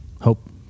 hope